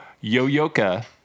Yo-Yoka